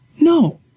No